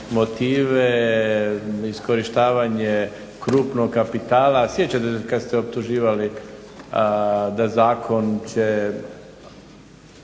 motive, iskorištavanje krupnog kapitala. Sjećate se kad ste optuživali da zakon će